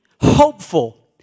hopeful